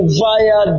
via